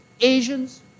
Asians